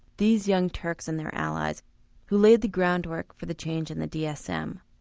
these young turks and their allies who laid the groundwork for the change in the dsm.